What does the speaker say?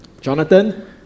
Jonathan